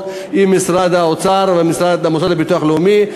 עם משרד האוצר והמוסד לביטוח לאומי,